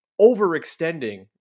overextending